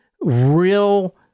real